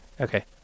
Okay